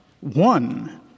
one